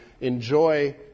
Enjoy